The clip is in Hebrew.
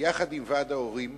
יחד עם ועד ההורים